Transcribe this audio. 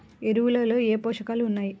ఎరువులలో ఏ పోషకాలు ఉన్నాయి?